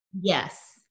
Yes